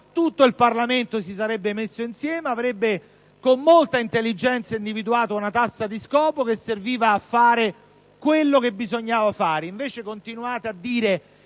tutto il Parlamento si sarebbe messo insieme, avrebbe con molta intelligenza individuato una tassa di scopo da utilizzare per quanto occorre fare. Invece continuate a dire